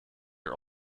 are